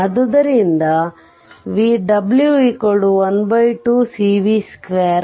ಆದ್ದರಿಂದ w12Cv2